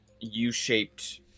U-shaped